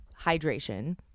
hydration